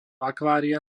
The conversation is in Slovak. akvária